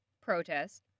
protest